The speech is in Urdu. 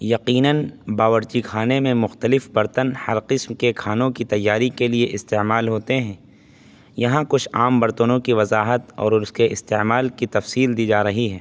یقیناً باورچی خانے میں مختلف برتن ہر قسم کے کھانوں کی تیاری کے لیے استعمال ہوتے ہیں یہاں کچھ عام برتنوں کی وضاحت اور اس کے استعمال کی تفصیل دی جا رہی ہیں